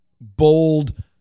bold